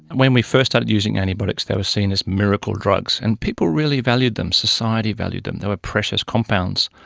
when we first started using antibiotics they were seen as miracle drugs, and people really valued them, society valued them, them, they were precious compounds.